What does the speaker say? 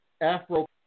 Afro